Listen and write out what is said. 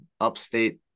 upstate